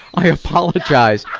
i apologize.